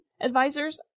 advisors